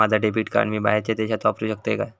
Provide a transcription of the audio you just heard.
माझा debit card मी बाहेरच्या देशात वापरू शकतय काय?